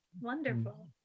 wonderful